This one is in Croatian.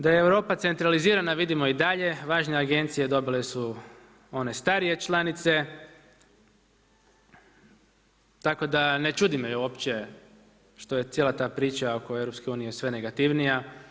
Da je Europa centralizirana vidimo i dalje. važne agencije dobile su one starije članice, tako da ne čudi me uopće što je ta cijela priča oko EU sve negativnija.